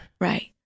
right